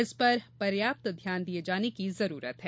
इस पर पर्याप्त ध्यान दिये जाने की जरूरत है